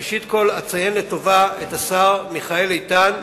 ראשית כול, אציין לטובה את השר מיכאל איתן,